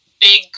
big